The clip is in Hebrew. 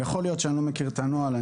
יכול להיות שאני לא מכיר את הנוהל.